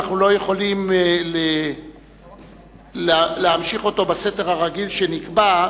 אנחנו לא יכולים להמשיך אותו בסדר הרגיל שנקבע,